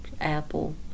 apple